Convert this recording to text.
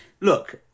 look